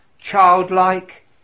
childlike